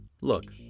Look